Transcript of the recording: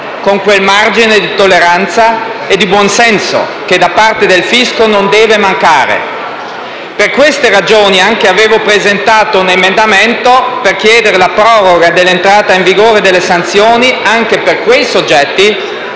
con quel margine di tolleranza e di buon senso che da parte del Fisco non deve mancare. Per queste ragioni avevo presentato un emendamento volto a chiedere la proroga dell'entrata in vigore delle sanzioni anche per quei soggetti